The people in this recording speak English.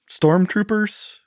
stormtroopers